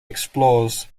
explores